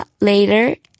later